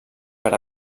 per